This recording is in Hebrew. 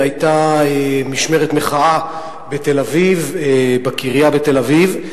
היתה משמרת מחאה בקריה בתל-אביב,